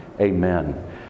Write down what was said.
amen